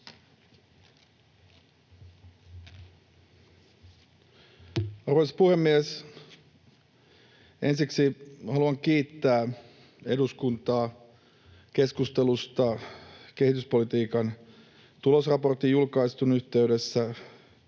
Arvoisa puhemies! Ensiksi haluan kiittää eduskuntaa keskustelusta kehityspolitiikan tulosraportin julkaisun yhteydessä